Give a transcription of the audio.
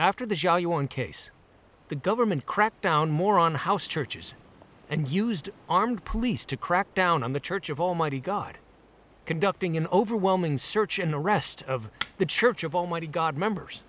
after the show you one case the government crackdown more on house churches and used armed police to crack down on the church of almighty god conducting an overwhelming search and arrest of the church of almighty god members